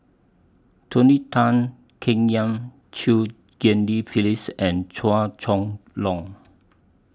Tony Tan Keng Yam Chew Ghim Lian Phyllis and Chua Chong Long